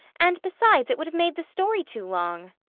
and, besides, it would have made the story too long.